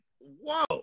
whoa